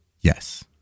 Yes